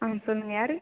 ஆ சொல்லுங்கள் யார்